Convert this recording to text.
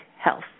health